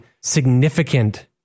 significant